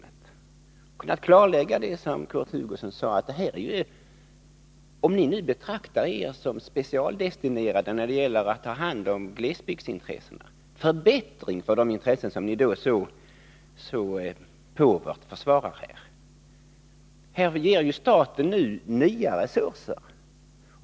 Vi har kunnat klarlägga det som Kurt Hugosson sade, att detta — om ni betraktar er som specialdestinerade när det gäller att ta hand om glesbygdsintressena — är en förbättring för de intressen som ni så påvert försvarar här. Staten ger nu nya resurser.